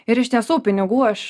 ir iš tiesų pinigų aš